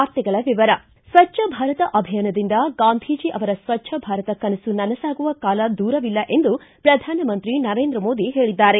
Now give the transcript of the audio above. ವಾರ್ತೆಗಳ ವಿವರ ಸ್ವಚ್ಛ ಭಾರತ ಅಭಿಯಾನದಿಂದ ಗಾಂಧೀಜಿ ಅವರ ಸ್ವಚ್ಛ ಭಾರತ ಕನಸು ನನಸಾಗುವ ಕಾಲ ದೂರವಿಲ್ಲ ಎಂದು ಪ್ರಧಾನಮಂತ್ರಿ ನರೇಂದ್ರ ಮೋದಿ ಹೇಳಿದ್ದಾರೆ